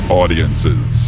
audiences